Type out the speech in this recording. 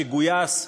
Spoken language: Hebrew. שגויס,